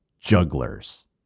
jugglers